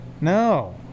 No